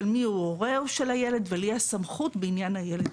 מי הוא הורה הילד ולמי יש סמכות בעניין הילד.